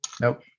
nope